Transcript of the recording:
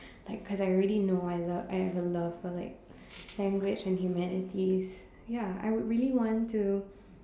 like cause I already know I love I have a love for like language and humanities ya I would really want to